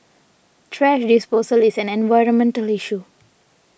thrash disposal is an environmental issue